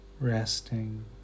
resting